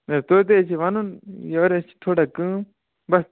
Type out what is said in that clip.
ہیے توتہِ حظ چھُ وَنُن یورٕ حظ تھوڑا کٲم بَس